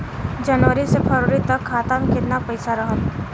जनवरी से फरवरी तक खाता में कितना पईसा रहल?